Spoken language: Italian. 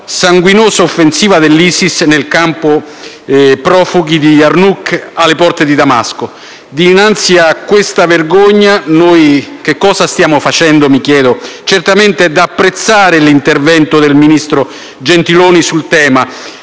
sanguinosa offensiva dell'ISIS nel campo profughi di Yarmouk, alle porte di Damasco. Dinanzi a questa vergogna mi chiedo cosa stiamo facendo. Sono certamente da apprezzare l'intervento del ministro Gentiloni sul tema